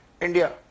India